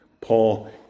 Paul